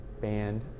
band